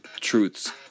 truths